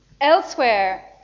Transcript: Elsewhere